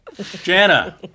Jana